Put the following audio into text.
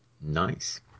nice